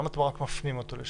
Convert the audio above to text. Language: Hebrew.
למה אתם רק אותו מפנים לשם?